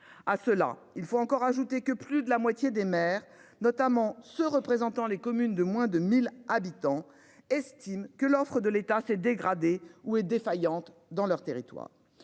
À cela il faut encore ajouter que plus de la moitié des maires notamment ceux représentant les communes de moins de 1000 habitants, estime que l'offre de l'État s'est dégradé où est défaillante dans leur territoire